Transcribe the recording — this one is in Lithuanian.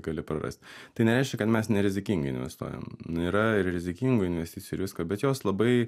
gali prarasti tai nereiškia kad mes nerizikingai investuojam yra ir rizikingų investicijų ir visko bet jos labai